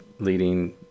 Leading